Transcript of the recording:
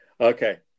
Okay